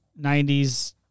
90s